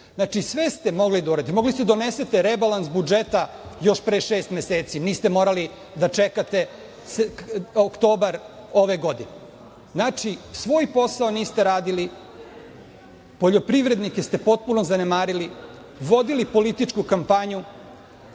Znači, sve ste mogli da uradite. Mogli ste da donesete rebalans budžeta još pre šest meseci, niste morali da čekate oktobar ove godine. Znači, svoj posao niste radili, poljoprivrednike ste potpuno zanemarili, vodili političku kampanju.